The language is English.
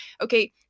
okay